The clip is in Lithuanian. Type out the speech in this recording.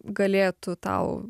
galėtų tau